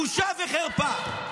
בושה וחרפה.